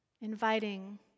Inviting